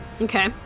okay